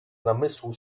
namysłu